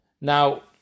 Now